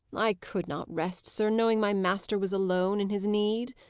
i could not rest, sir, knowing my master was alone in his need,